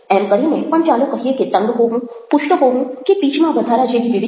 એમ કરીને પણ ચાલો કહીએ કે તંગ હોવું પુષ્ટ હોવું કે પિચ માં વધારા જેવી વિવિધતા